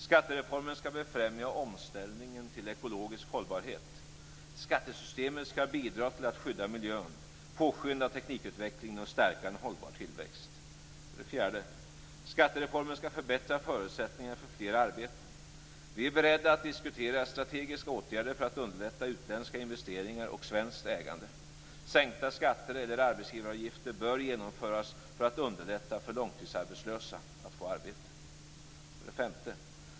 · Skattereformen skall befrämja omställningen till ekologisk hållbarhet. Skattesystemet skall bidra till att skydda miljön, påskynda teknikutvecklingen och stärka en hållbar tillväxt. · Skattereformen skall förbättra förutsättningarna för flera arbeten. Vi är beredda att diskutera strategiska åtgärder för att underlätta utländska investeringar och svenskt ägande. Sänkta skatter eller arbetsgivaravgifter bör genomföras för att underlätta för långtidsarbetslösa att få arbete.